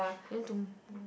then tomo~